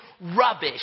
rubbish